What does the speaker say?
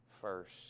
first